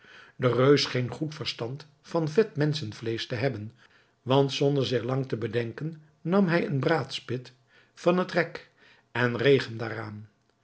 de reus scheen goed verstand van vet menschenvleesch te hebben want zonder zich lang te bedenken nam hij een braadspit van het rek en reeg hem daaraan